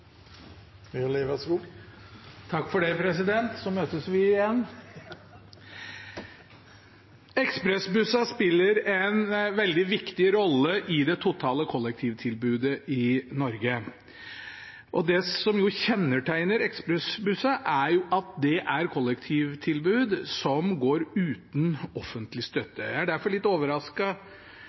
spiller en veldig viktig rolle i det totale kollektivtilbudet i Norge. Det som kjennetegner ekspressbussene, er at det er kollektivtilbud som går uten offentlig støtte. Jeg ble derfor litt